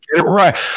right